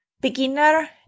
beginner